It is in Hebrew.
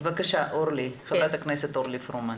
בבקשה, חברת הכנסת אורלי פרומן.